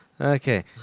Okay